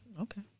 Okay